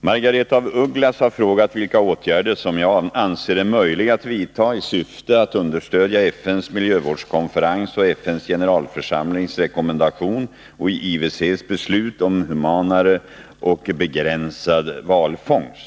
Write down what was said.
Margaretha af Ugglas har frågat vilka åtgärder som jag anser är möjliga att vidta i syfte att understödja FN:s miljövårdskonferens och FN:s generalförsamlings rekommendation och IWC:s beslut om humanare och begränsad valfångst.